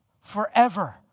Forever